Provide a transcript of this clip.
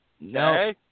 no